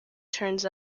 turns